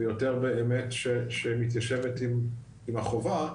ויותר באמת שמתיישבת עם החובה,